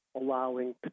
allowing